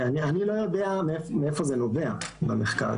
אני לא יודע מאיפה זה נובע במחקר,